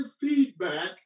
feedback